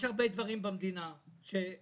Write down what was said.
יש הרבה דברים במדינה -- בסדר,